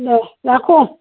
দে ৰাখোঁ